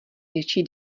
větší